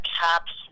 caps